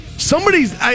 Somebody's